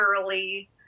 early